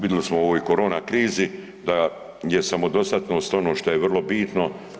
Vidjeli smo u ovoj korona krizi da je samodostatnost ono što je vrlo bitno.